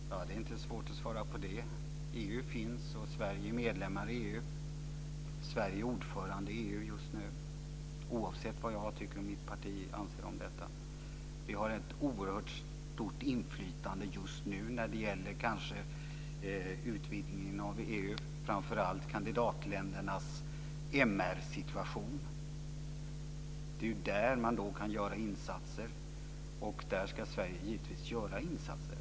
Fru talman! Det är inte svårt att svara på det. EU finns, och Sverige är medlem i EU. Sverige är ordförande i EU just nu, oavsett vad jag och mitt parti anser om detta. Vi har ett oerhört stort inflytande just nu när det gäller utvidgningen av EU, framför allt om kandidatländernas MR-situation. Det är där man kan göra insatser. Där ska Sverige givetvis göra insatser.